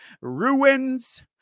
ruins